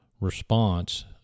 response